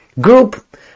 Group